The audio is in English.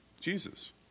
Jesus